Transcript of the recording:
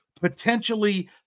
potentially